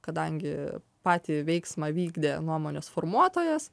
kadangi patį veiksmą vykdė nuomonės formuotojas